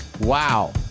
Wow